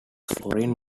foreign